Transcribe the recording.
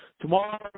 tomorrow